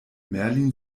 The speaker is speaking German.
merlin